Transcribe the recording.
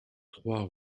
trois